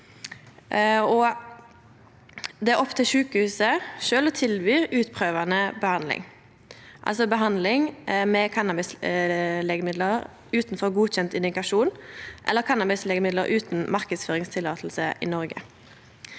det er opp til sjukehuset sjølv å tilby utprøvande behandling – behandling med cannabislegemiddel utanfor godkjend indikasjon, eller cannabislegemiddel utan marknadsføringstillating i Noreg.